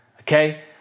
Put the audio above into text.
okay